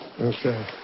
okay